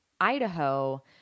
Idaho